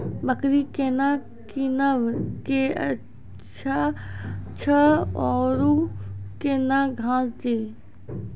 बकरी केना कीनब केअचछ छ औरू के न घास दी?